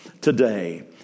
today